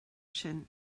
sin